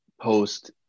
post